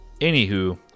Anywho